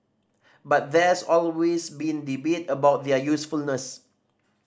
but there's always been debate about their usefulness